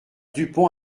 dupont